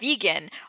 vegan